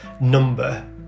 number